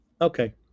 Okay